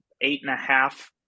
eight-and-a-half